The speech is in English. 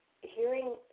hearing